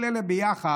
כל אלה ביחד,